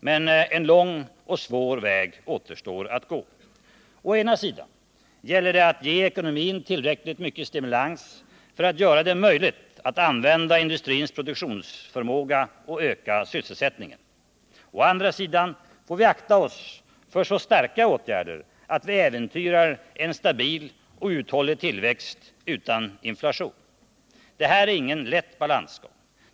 Men en lång och svår väg återstår att gå. Å ena sidan gäller det att ge ekonomin tillräckligt mycket stimulans för att göra det möjligt att använda industrins produktionsförmåga och öka sysselsättningen. Å andra sidan får vi akta oss för så starka åtgärder att vi äventyrar en stabil och uthållig tillväxt utan inflation. Det här är ingen lätt balansgång.